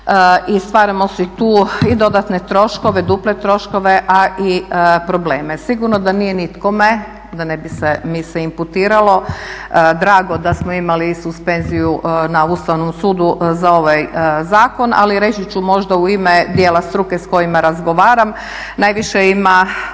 i stvaramo si tu dodatne, duple troškove a i probleme. Sigurno da nije nikome da mi se ne bi imputiralo, drago da smo imali suspenziju na Ustavnom sudu za ovaj zakon, ali reći ću možda u ime dijela struke s kojima razgovaram, najviše ima